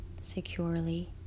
securely